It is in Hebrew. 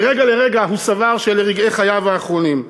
מרגע לרגע הוא סבר שאלה רגעי חייו האחרונים.